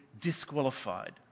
disqualified